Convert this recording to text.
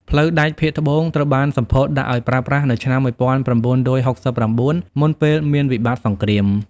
ផ្លូវដែកភាគត្បូងត្រូវបានសម្ពោធដាក់ឱ្យប្រើប្រាស់នៅឆ្នាំ ១៩៦៩ មុនពេលមានវិបត្តិសង្គ្រាម។